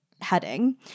Heading